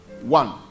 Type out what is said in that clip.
One